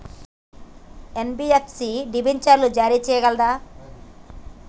NBFC డిబెంచర్లు జారీ చేయగలదా?